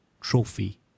trophy